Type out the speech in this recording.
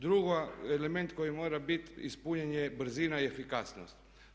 Drugi element koji mora biti ispunjen je brzina i efikasnost.